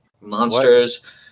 monsters